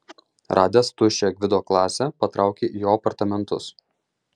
radęs tuščią gvido klasę patraukė į jo apartamentus